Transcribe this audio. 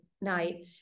night